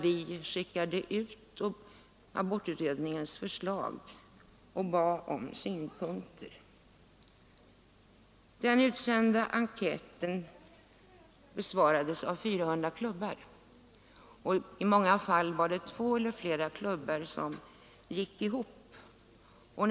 Vi skickade ut utredningens förslag och bad om synpunkter, och vår enkät besvarades av 400 klubbar; i många fall var det två eller flera klubbar som gick ihop om svaret.